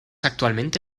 actualmente